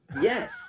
Yes